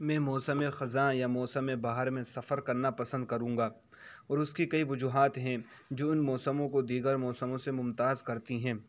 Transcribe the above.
میں موسم خزاں یا موسم بہار میں سفر کرنا پسند کروں گا اور اس کی کئی وجوہات ہیں جو ان موسموں کو دیگر موسموں سے ممتاز کرتی ہیں